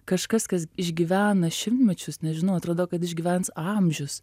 kažkas kas išgyvena šimtmečius nežinau atrodo kad išgyvens amžius